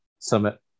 summit